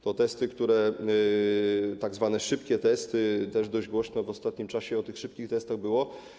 To tzw. szybkie testy, też dość głośno w ostatnim czasie o tych szybkich testach było.